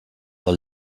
del